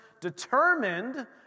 determined